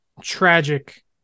tragic